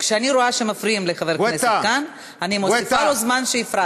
כשאני רואה שמפריעים לחבר הכנסת כאן אני מוסיפה לו את הזמן שהפרעתם לו.